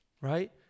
right